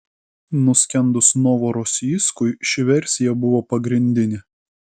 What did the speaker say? nuskendus novorosijskui ši versija buvo pagrindinė